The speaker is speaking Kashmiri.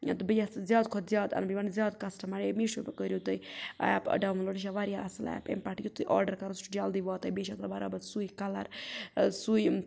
تہٕ بہٕ یژھہٕ زیادٕ کھۄتہٕ زیادٕ اَنہٕ بہٕ یِمَن زیادٕ کَسٹمَر یہِ میٖشو مہٕ کٔرِو تُہۍ ایپ ڈاوُن لوڈ یہِ چھِ واریاہ اصٕل ایپ اَمہِ پٮ۪ٹھ یہِ تہِ آرڈَر کَرو سُہ چھُ جلدی واتان بیٚیہِ چھُ آسان برابَر سُے کَلَر ٲں سُے